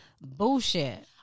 Bullshit